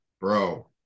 bro